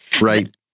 Right